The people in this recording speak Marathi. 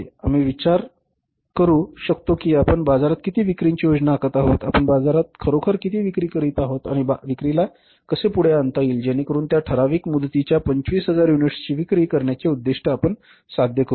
आम्ही विचार करू शकतो की आपण बाजारात किती विक्रीची योजना आखत आहोत आपण बाजारात खरोखर किती विक्री करीत आहोत आणि विक्रीला कसे पुढे आणता येईल जेणेकरुन त्या ठराविक मुदतीच्या 25000 युनिट्सची विक्री करण्याचे उद्दिष्ट आपण साध्य करू शकू